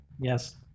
Yes